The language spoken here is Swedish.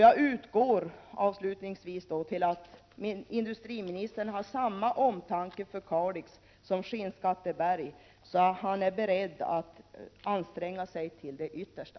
Jag utgår från att industriministern har samma omtanke om Kalix som om Skinnskatteberg, så att han är beredd att anstränga sig till det yttersta.